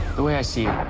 the way i see